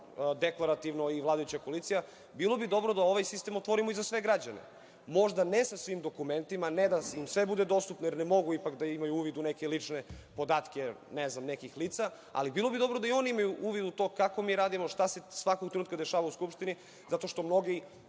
deklarativno i vladajuća koalicija, bilo bi dobro da ovaj sistem otvorimo i za sve građane. Možda ne sa svim dokumentima, ne da sve bude dostupno, jer ne mogu ipak da imaju uvid u neke lične podatke, ne znam nekih lica, ali bilo bi dobro da i oni imaju uvid u to kako mi radimo, šta se svakog trenutka dešavalo u Skupštini, zato što mnogi